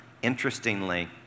Interestingly